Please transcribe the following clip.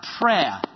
prayer